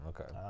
Okay